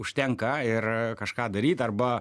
užtenka ir kažką daryt arba